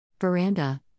veranda